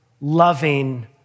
loving